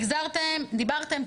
דיברתם,